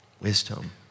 wisdom